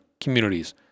communities